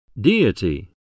Deity